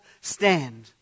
Stand